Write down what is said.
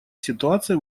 ситуация